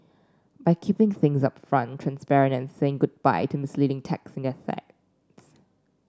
by keeping things upfront transparent and saying goodbye to misleading text in their ads